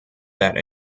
that